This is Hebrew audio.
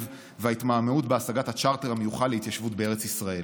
והתמהמהות בהשגת הצ'רטר המיוחל להתיישבות בארץ ישראל.